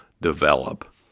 develop